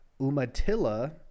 Umatilla